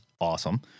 Awesome